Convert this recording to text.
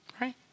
right